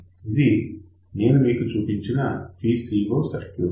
ఇది నేను మీకు చూపించిన విసిఓ సర్క్యూట్